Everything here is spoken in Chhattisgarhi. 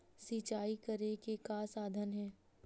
सिंचाई करे के का साधन हे?